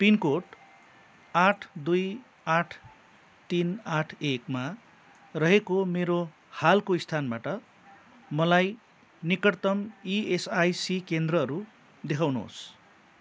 pin code आठ दुई आठ तिन आठ एकमा रहेको मेरो हालको स्थानबाट मलाई निकटतम इएसआइसी केन्द्रहरू देखाउनुहोस्